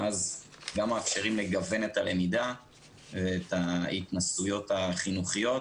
ואז גם מאפשרים לגוון את הלמידה ואת ההתנסויות החינוכיות